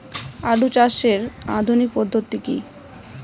আলু চাষের আধুনিক পদ্ধতি কি?